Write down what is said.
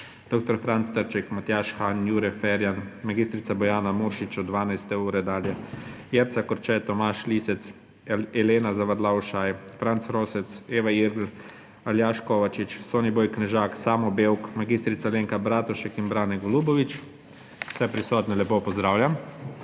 dr. Franc Trček, Matjaž Han, Jure Ferjan, mag. Bojana Muršič od 12. ure dalje, Jerca Korče, Tomaž Lisec, mag. Elena Zavadlav Ušaj, Franc Rosec, Eva Irgl, Aljaž Kovačič, Soniboj Knežak, Samo Bevk, mag. Alenka Bratušek in Brane Golubović. Vse prisotne lepo pozdravljam!